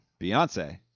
Beyonce